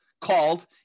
called